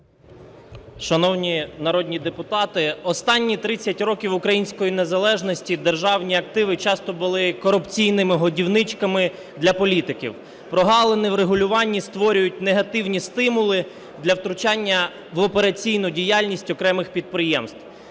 Шановні народні депутати, останні 30 років української незалежності державні активи часто були корупційними годівничками для політиків. Прогалини в регулюванні створюють негативні стимули для втручання в операційну діяльність окремих підприємств.